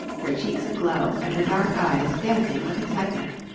her cheeks aglow and her dark eyes dancing with excitement.